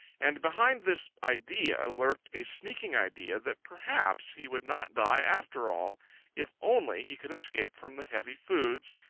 and behind this idea lurked a sneaking idea that perhaps he would not die after all if only he could escape from the heavy foods,